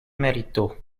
merito